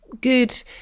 good